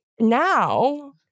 now